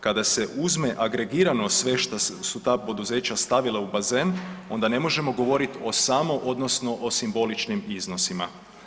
Kada se uzme agregirano sve što su ta poduzeća stavila u bazen onda ne možemo govoriti o samo odnosno o simboličnim iznosima.